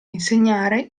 insegnare